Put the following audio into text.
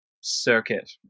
circuit